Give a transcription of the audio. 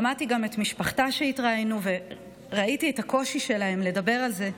שמעתי גם את משפחתה שהתראיינו וראיתי את הקושי שלהם לדבר על זה.